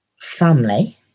family